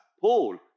Paul